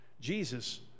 jesus